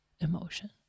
emotion